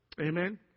Amen